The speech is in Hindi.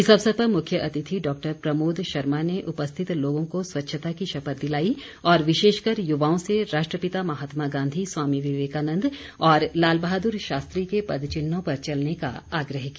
इस अवसर पर मुख्य अतिथि डॉक्टर प्रमोद शर्मा ने उपस्थित लोगों को स्वच्छता की शपथ दिलाई और विशेषकर युवाओं से राष्ट्रपिता महात्मा गांधी स्वामी विवेकानन्द और लाल बहादुर शास्त्री के पदचिन्हों पर चलने का आग्रह किया